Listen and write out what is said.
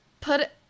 put